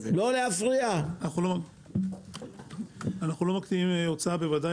אנחנו לא מקטינים הוצאה, בוודאי.